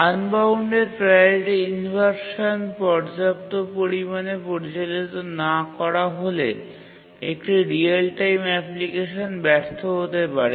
unbounded priority inversion পর্যাপ্ত পরিমাণে পরিচালিত না করা হলে একটি রিয়েল টাইম অ্যাপ্লিকেশন ব্যর্থ হতে পারে